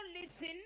listen